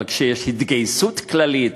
אבל כשיש התגייסות כללית,